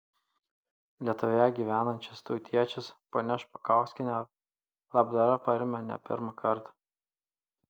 lietuvoje gyvenančius tautiečius ponia špakauskienė labdara paremia ne pirmą kartą